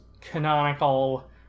canonical